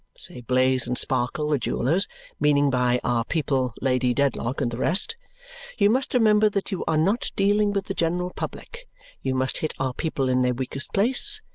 say blaze and sparkle, the jewellers meaning by our people lady dedlock and the rest you must remember that you are not dealing with the general public you must hit our people in their weakest place,